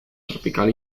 tropical